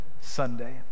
Sunday